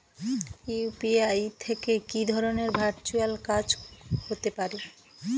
UPI থেকে কি ধরণের ভার্চুয়াল কাজ হতে পারে?